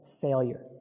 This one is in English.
failure